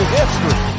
history